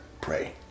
Pray